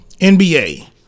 NBA